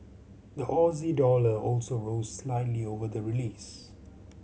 the Aussie dollar also rose slightly over the release